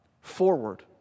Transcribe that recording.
Forward